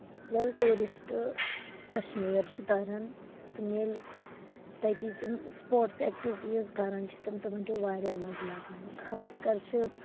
ییٚلہِ ٹورسٹ کَشمیٖر چھِ تران تِم ییٚلہِ تٔتٕچ سپورٹس ایکٹیویٹیز کَران چھِ تِمن چھُ واریاہ مَزٕ لگان خاص کَر چھِ